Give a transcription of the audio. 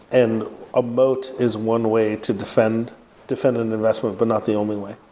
and a moat is one way to defend defend an investment, but not the only way.